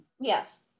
Yes